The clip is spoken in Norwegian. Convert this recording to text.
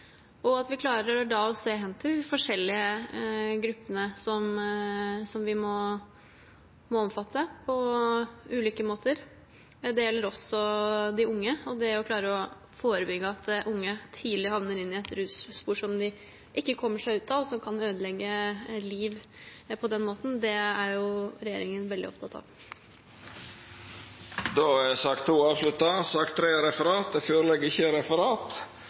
og at vi klarer å se hen til de forskjellige gruppene som vi må omfatte på ulike måter. Det gjelder også de unge, og det å klare å forebygge at unge tidlig havner inn i et russpor som de ikke kommer seg ut av, og som kan ødelegge liv på den måten. Det er regjeringen veldig opptatt av. Da er sak nr. 2 ferdigbehandla. Det ligg ikkje føre noko referat.